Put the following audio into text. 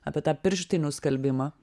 apie tą pirštinių skalbimą